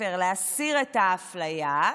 הספר להסיר את האפליה.